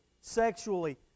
sexually